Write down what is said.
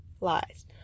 Lies